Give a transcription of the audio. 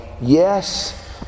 Yes